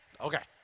Okay